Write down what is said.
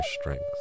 strength